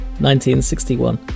1961